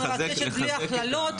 בהשקפה